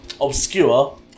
obscure